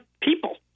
people